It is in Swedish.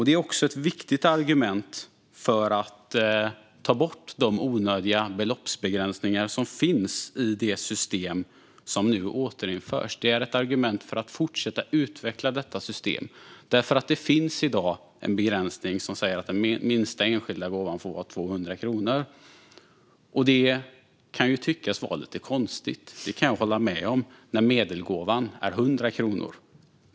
Det är också ett viktigt argument för att ta bort de onödiga beloppsbegränsningar som finns i det system som nu återinförs. Det är ett argument för att fortsätta utveckla detta system. Det finns nämligen i dag en begränsning som säger att den minsta enskilda gåvan får vara 200 kronor, och det kan tyckas vara lite konstigt. Det kan jag hålla med om, när medelgåvan är 100 kronor.